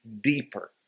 deeper